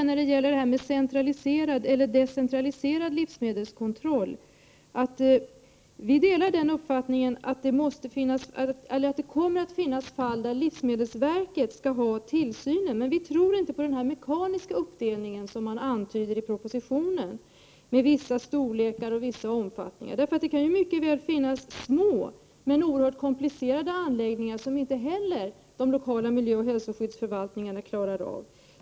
När det gäller centraliserad eller decentraliserad livsmedelskontroll delar vi uppfattningen att det kommer att finnas fall där livsmedelsverket skall ha tillsynsansvaret. Men vi tror inte på den mekaniska uppdelning som antyds i propositionen, med vissa storlekar och vissa omfattningar. Det kan ju mycket väl finnas små men oerhört komplicerade anläggningar som de lokala miljöoch hälsoskyddsförvaltningarna inte klarar av.